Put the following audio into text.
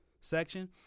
section